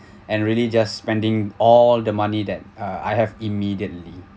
and really just spending all the money that uh I have immediately